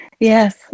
Yes